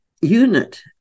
unit